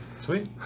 sweet